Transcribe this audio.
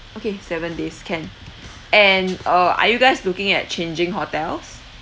okay seven days can and uh are you guys looking at changing hotels